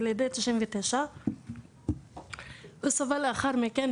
ילידי 99. חבר של בני סבל לאחר מכן